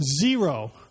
Zero